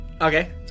Okay